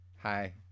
Hi